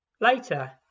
Later